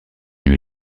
nuit